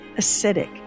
acidic